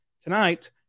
tonight